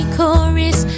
Chorus